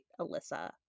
Alyssa